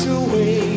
away